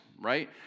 right